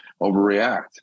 overreact